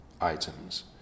items